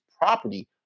property